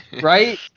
Right